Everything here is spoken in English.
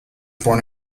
born